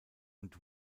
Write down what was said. und